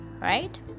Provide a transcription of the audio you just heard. Right